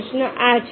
પ્રશ્ન આ છે